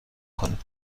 کنین